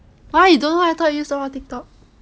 why you don't know I thought you use a lot of Tik Tok